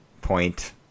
point